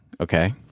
okay